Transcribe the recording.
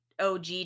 OG